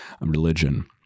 religion